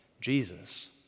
Jesus